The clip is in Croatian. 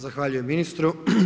Zahvaljujem ministru.